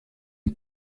une